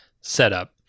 setup